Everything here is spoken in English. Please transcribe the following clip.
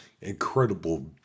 incredible